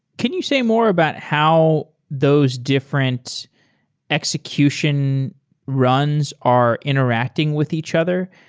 can you say more about how those different execution runs are interacting with each other?